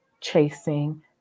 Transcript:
chasing